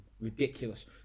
ridiculous